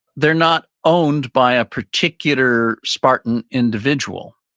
they're not owned by a particular spartan individual.